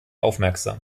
aufmerksam